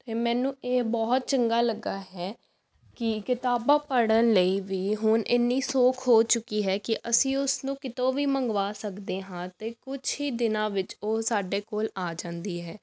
ਇਹ ਮੈਨੂੰ ਇਹ ਬਹੁਤ ਚੰਗਾ ਲੱਗਾ ਹੈ ਕਿ ਕਿਤਾਬਾਂ ਪੜ੍ਹਨ ਲਈ ਵੀ ਹੁਣ ਇੰਨੀ ਸੌਖ ਹੋ ਚੁੱਕੀ ਹੈ ਕਿ ਅਸੀਂ ਉਸ ਨੂੰ ਕਿਤੋਂ ਵੀ ਮੰਗਵਾ ਸਕਦੇ ਹਾਂ ਅਤੇ ਕੁਛ ਹੀ ਦਿਨਾਂ ਵਿੱਚ ਉਹ ਸਾਡੇ ਕੋਲ ਆ ਜਾਂਦੀ ਹੈ